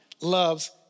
loves